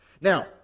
Now